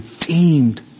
redeemed